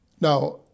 Now